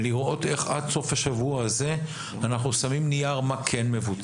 אני מבקש לראות איך עד סוף השבוע הזה אנחנו שמים נייר מה מבוטח,